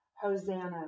Hosanna